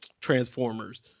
Transformers